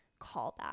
callback